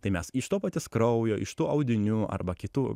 tai mes iš to paties kraujo iš tų audinių arba kitų